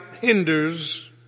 hinders